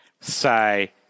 say